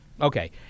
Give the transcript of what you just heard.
Okay